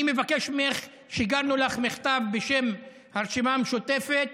אני מבקש ממך, שיגרנו לך מכתב בשם הרשימה המשותפת,